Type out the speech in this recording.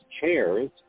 chairs